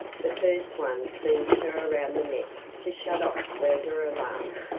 the first one seized her around the neck to shut off further alarm.